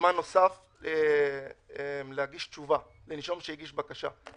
זמן נוסף להגיש תשובה לנישום שהגיש בקשה.